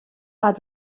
are